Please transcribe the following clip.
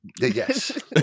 Yes